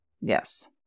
yes